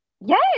Yes